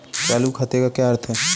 चालू खाते का क्या अर्थ है?